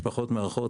משפחות מארחות,